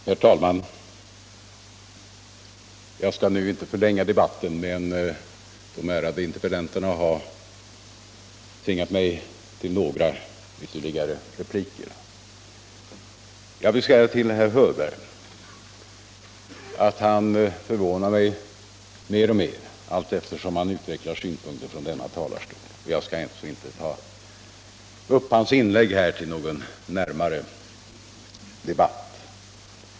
Herr talman! Jag vill nu inte förlänga debatten, men de ärade interpellanterna har tvingat mig till ytterligare några repliker. Jag vill säga till herr Hörberg att han förvånar mig mer och mer allteftersom han utvecklar sina synpunkter från denna talarstol.